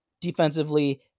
defensively